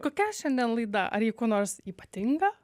kokia šiandien laida ar ji kuo nors ypatinga